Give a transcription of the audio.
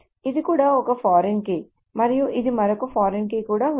ఇది కూడా ఒక ఫారిన్ కీ మరియు ఇది మరొక ఫారిన్ కీ కూడా ఉంది